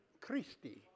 Christi